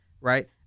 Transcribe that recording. right